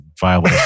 violent